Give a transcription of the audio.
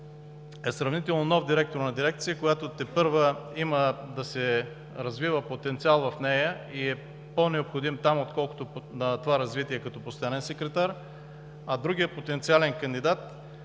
е сравнително нов директор на дирекция, в която тепърва има да се развива потенциал, и е по-необходим там, отколкото на развитие като постоянен секретар. Другият потенциален кандидат